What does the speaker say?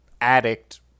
addict